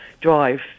drive